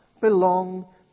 belong